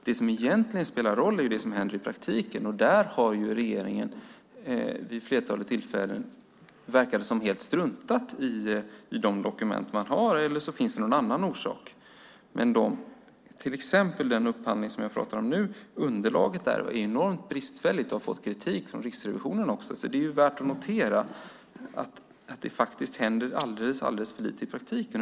Det som egentligen spelar roll är ju det som händer i praktiken, och där har ju regeringen vid flertalet tillfällen, verkar det som, helt struntat i de dokument man har. Eller också finns det någon annan orsak, till exempel den upphandling som jag pratar om. Underlaget är enormt bristfälligt och har fått kritik från Riksrevisionen också. Det är värt att notera att det faktiskt händer alldeles för lite i praktiken.